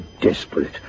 desperate